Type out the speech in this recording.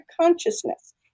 consciousness